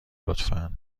لطفا